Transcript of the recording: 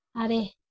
ᱟᱨᱮ